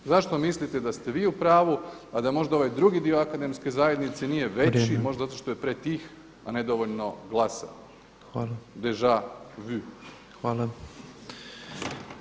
Zašto mislite da ste vi u pravu, a da možda ovaj drugi dio akademske zajednice nije veći, možda zato što je pretih a nedovoljno glasan [[Upadica predsjednik: Hvala.]] Deja vu.